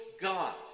God